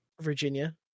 Virginia